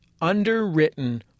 underwritten